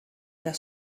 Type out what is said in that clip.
their